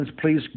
please